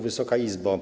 Wysoka Izbo!